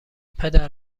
پدر